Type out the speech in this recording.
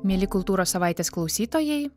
mieli kultūros savaitės klausytojai